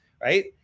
right